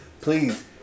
please